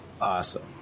Awesome